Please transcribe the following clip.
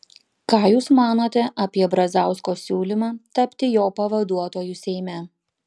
ką jūs manote apie brazausko siūlymą tapti jo pavaduotoju seime